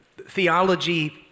theology